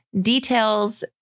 details